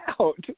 out